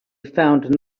found